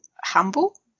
Humble